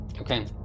okay